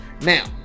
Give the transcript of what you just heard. now